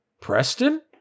Preston